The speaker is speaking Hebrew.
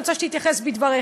שאני רוצה שתתייחס אליו בדבריך: